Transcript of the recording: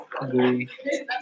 agree